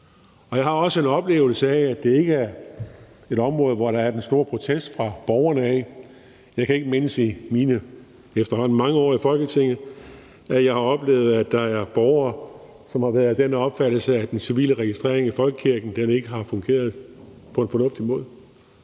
Jeg har også en oplevelse af, at det ikke er et område, hvor der er den store protest fra borgerne af. Jeg kan ikke mindes fra mine efterhånden mange år i Folketinget, at jeg har oplevet, at der er borgere, som har været af den opfattelse, at den civile registrering i folkekirken ikke har fungeret på en fornuftig måde.